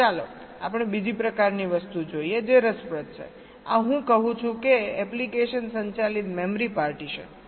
હવે ચાલો આપણે બીજી પ્રકારની વસ્તુ જોઈએ જે રસપ્રદ છે આ હું કહું છું કે એપ્લિકેશન સંચાલિત મેમરી પાર્ટીશન